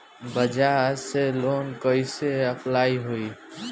बजाज से लोन कईसे अप्लाई होई?